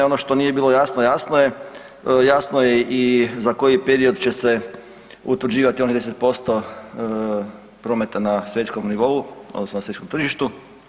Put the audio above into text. Ono što nije bilo jasno, jasno je, jasno je i za koji period će se utvrđivati onih 10% prometa na svjetskom nivou odnosno svjetskom tržištu.